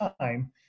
time